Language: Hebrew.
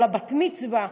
או לבת-מצווה,